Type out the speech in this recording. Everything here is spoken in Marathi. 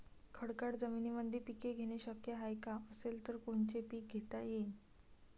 खडकाळ जमीनीमंदी पिके घेणे शक्य हाये का? असेल तर कोनचे पीक घेता येईन?